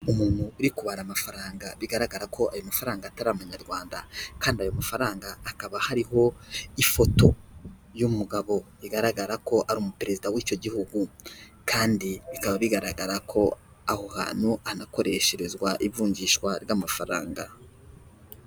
Umuntu uri kubara amafaranga, bigaragara ko ayo mafaranga atari amanyarwanda, kandi ayo mafaranga hakaba hariho ifoto y'umugabo, bigaragara ko ari umuperezida w'icyo gihugu, kandi bikaba bigaragara ko aho hantu hanakoresherezwa ivunjishwa ry'amafaranga.